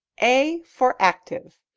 a for active.